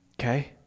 Okay